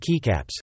keycaps